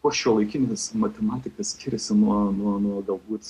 kuo šiuolaikinis matematika skiriasi nuo nuo galbūt